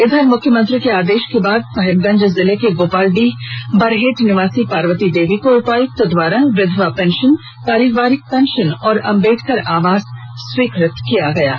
इधर मुख्यमंत्री हेमन्त सोरेन के आदेश के बाद साहेबगंज जिले के गोपालडीह बरहेट निवासी पार्वती देवी को उपायुक्त द्वारा विधवा पेंशन पारिवारिक पेंशन और अम्बेडकर आवास स्वीकृत कर दिया गया है